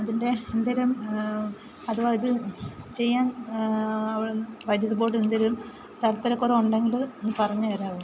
അതിൻ്റെ എന്തെങ്കിലും അതുമായിട്ടു ചെയ്യാൻ വൈദ്യുതി ബോർഡ് എന്തെങ്കിലും താത്പര്യ കുറവുണ്ടെങ്കിൽ ഒന്ന് പറഞ്ഞു തരാമോ